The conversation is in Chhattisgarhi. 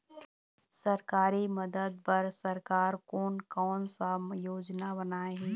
सरकारी मदद बर सरकार कोन कौन सा योजना बनाए हे?